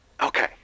Okay